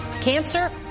cancer